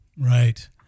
Right